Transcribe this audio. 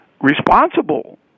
responsible